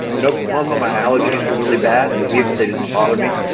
in oklahoma, my allergies were really bad and here, they didn't bother me.